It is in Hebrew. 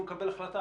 אמור לקבל החלטה?